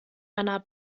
einer